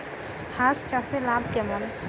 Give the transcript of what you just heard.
হাঁস চাষে লাভ কেমন?